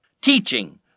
teaching